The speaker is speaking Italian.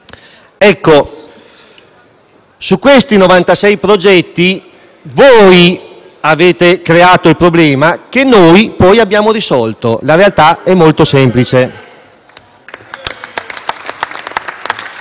Su questi 96 progetti voi avete creato il problema che noi abbiamo risolto: la realtà è molto semplice.